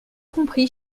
compris